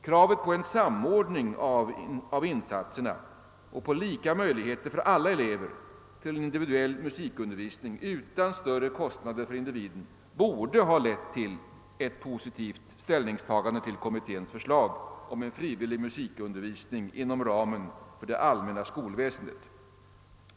Kravet på en samordning av insatserna och på lika möj-. ligheter för alla elever till en individuell musikundervisning utan större kostnader för individen borde ha lett till ett positivt ställningstagande till kommitténs förslag om en frivillig musikundervisning inom ramen för det allmänna skolväsendet.